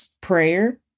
prayer